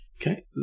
Okay